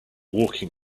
walking